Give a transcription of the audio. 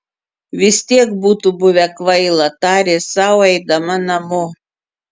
vis tiek būtų buvę kvaila tarė sau eidama namo